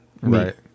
Right